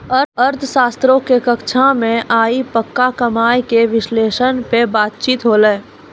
अर्थशास्त्रो के कक्षा मे आइ पक्का कमाय के विश्लेषण पे बातचीत होलै